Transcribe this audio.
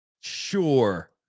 Sure